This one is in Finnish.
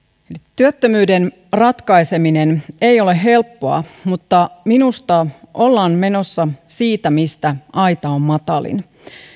työttömyyden ratkaiseminen ei ole helppoa mutta minusta ollaan menossa siitä mistä aita on matalin